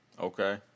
Okay